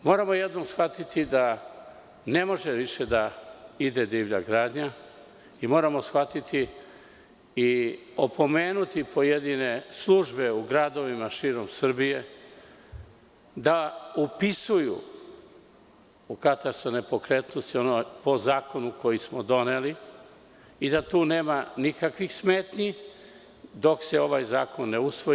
Moramo jednom shvatiti da ne može više da ide divlja gradnja i moramo shvatiti i opomenuti pojedine službe u gradovima širom Srbije da upisuju u katastar nepokretnosti po zakonu koji smo doneli i da tu nema nikakvih smetnji, dok se ovaj zakon ne usvoji.